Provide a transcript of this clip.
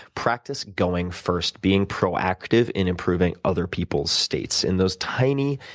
practice going first, being proactive in improving other peoples' states. in those tiny,